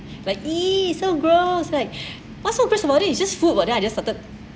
like eh so gross like why so gross about it just food and then I just started